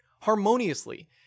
harmoniously